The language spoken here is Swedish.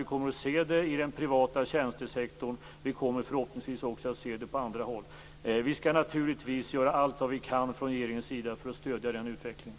Vi kommer att se det i den privata tjänstesektorn och förhoppningsvis också på andra håll. Vi skall naturligtvis göra allt vad vi kan från regeringens sida för att stödja den utvecklingen.